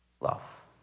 love